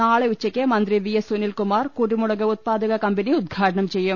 നാളെ ഉച്ചക്ക് മന്ത്രി വി എസ് സുനിൽകുമാർ കുരുമുളക് ഉത്പാദക കമ്പനി ഉദ്ഘാടനം ചെയ്യും